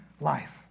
life